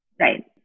Right